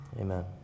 Amen